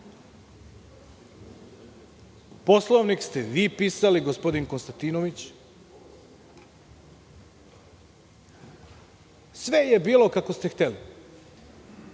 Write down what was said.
Poslovnik ste vi pisali. Gospodin Konstantinović. Sve je bilo kako ste hteli.